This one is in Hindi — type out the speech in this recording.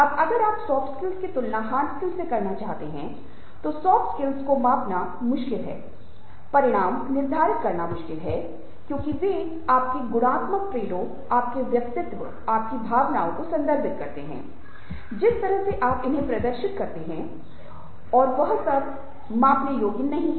अब अगर आप सॉफ्ट स्किल्स की तुलना हार्ड स्किल्स से करना चाहते हैं तोह सॉफ्ट स्किल्स को मापना मुश्किल है परिणाम निर्धारित करना मुश्किल है क्योंकि वे आपके गुणात्मक ट्रेडों आपके व्यक्तित्व आपकी भावनाओं को संदर्भित करते हैं जिस तरह से आप उन्हें प्रदर्शित करते हैं और वह सब मापने योग्य नहीं हैं